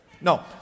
No